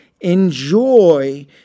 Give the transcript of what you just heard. Enjoy